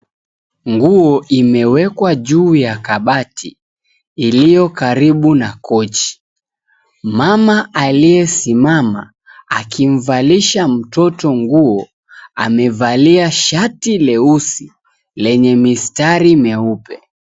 Nguo imewekwa juu ya kabati iliyokaribu na kochi. Mama aliyesimama akimvalisha mtoto nguo amevalia shati leusi lenye mistari meupe.